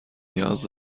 نیاز